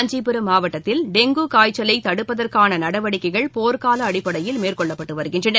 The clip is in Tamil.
காஞ்சிபுரம் மாவட்டத்தில் டெங்கு காய்ச்சலை தடுப்பதற்கான நடவடிக்கைகள் போர்க்கால அடிப்படையில் மேற்கொள்ளப்பட்டு வருகின்றன